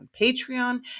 Patreon